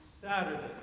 Saturday